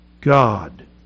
God